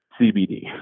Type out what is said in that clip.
CBD